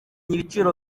ibiciro